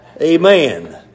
Amen